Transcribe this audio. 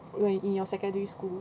when in your secondary school